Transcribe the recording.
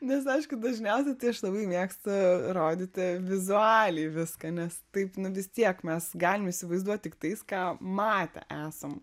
nes aišku dažniausiai tai aš labai mėgstu rodyti vizualiai viską nes taip nu vis tiek mes galim įsivaizduot tiktais ką matę esam